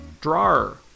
drawer